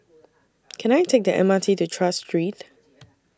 Can I Take The M R T to Tras Street